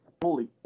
fully